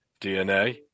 DNA